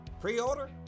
Pre-order